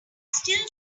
still